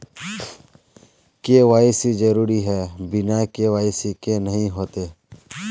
KYC जरुरी है बिना के.वाई.सी के नहीं होते?